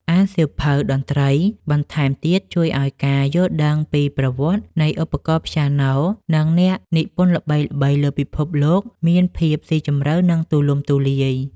អានសៀវភៅតន្ត្រីបន្ថែមទៀតជួយឱ្យការយល់ដឹងពីប្រវត្តិនៃឧបករណ៍ព្យ៉ាណូ និងអ្នកនិពន្ធល្បីៗលើពិភពលោកមានភាពស៊ីជម្រៅ និងទូលំទូលាយ។